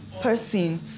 person